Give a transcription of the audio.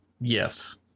yes